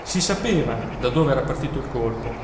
si sapeva da dove era partito il colpo